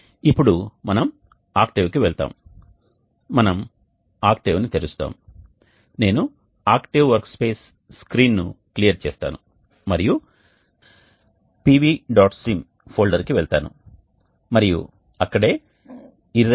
ఇప్పుడు మనం ఆక్టేవ్కి వెళ్తాము మేము ఆక్టేవ్ని తెరుస్తాము నేను ఆక్టేవ్ వర్క్స్పేస్ స్క్రీన్ను క్లియర్ చేస్తాను మరియు pvsim ఫోల్డర్కి వెళ్తాను మరియు అక్కడే irrad